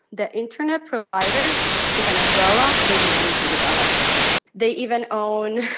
the internet provider in venezuela they belong to the government. and they even own,